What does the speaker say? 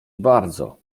bardzo